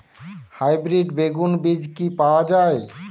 Hybrid বেগুন বীজ কি পাওয়া য়ায়?